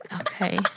okay